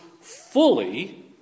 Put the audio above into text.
fully